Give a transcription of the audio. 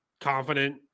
confident